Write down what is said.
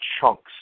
chunks